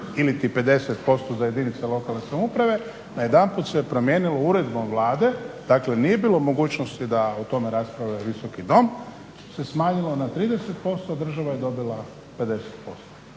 iliti 50% za jedinice lokalne samouprave najedanput se promijenilo uredbom Vlade, dakle nije bilo mogućnosti da o tome raspravi ovaj Visoki dom se smanjilo na 30%, država je dobila 50%.